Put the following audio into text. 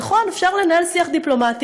נכון, אפשר לנהל שיח דיפלומטי.